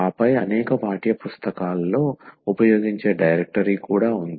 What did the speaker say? ఆపై అనేక పాఠ్యపుస్తకాల్లో ఉపయోగించే డైరెక్టరీ కూడా ఉంది